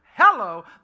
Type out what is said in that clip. hello